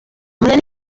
mugheni